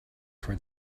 for